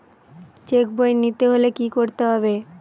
Check বই নিতে হলে কি করতে হবে?